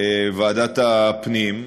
בוועדת הפנים,